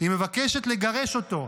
היא מבקשת לגרש אותו.